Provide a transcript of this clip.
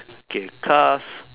K cars